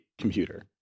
computer